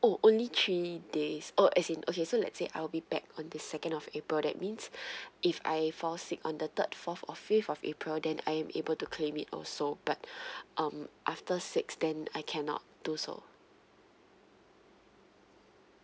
oh only three days oh as in okay so let's say I'll be back on the second of april that means if I fall sick on the third fourth or fifth of april then I'm able to claim it also but um after sixth then I cannot do so